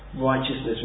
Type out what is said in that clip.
righteousness